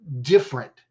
different